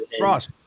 Ross